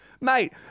mate